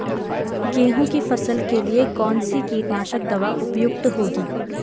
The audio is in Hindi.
गेहूँ की फसल के लिए कौन सी कीटनाशक दवा उपयुक्त होगी?